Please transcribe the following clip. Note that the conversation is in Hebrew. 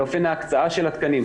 על אופן ההקצאה של התקנים.